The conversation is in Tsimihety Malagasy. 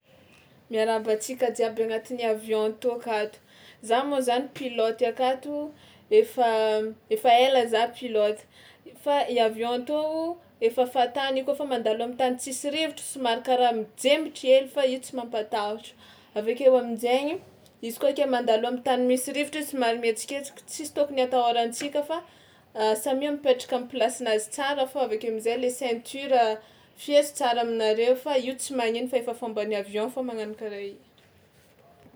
Miarahaba antsika jiaby agnatin'ny avion atô akato! Za moa zany pilote akato efa efa ela za pilote, fa i avion tô o efa fatany i kaofa mandalo am'tany tsisy rivotra somary karaha mijembitra hely fa io tsy mampatahotra, avy akeo amin-jaigny, izy kôa ke mandalo am'tany misy rivotra izy somary mihetsiketsika tsisy tôkony atahôrantsika fa samia mipetraka am'plasinazy tsara fa avy akeo am'zay le ceinture fehezo tsara aminareo fa io tsy magnino fa efa fomban'ny avion fao magnano karaha io.